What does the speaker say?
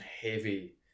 heavy